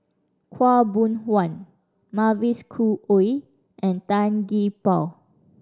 Khaw Boon Wan Mavis Khoo Oei and Tan Gee Paw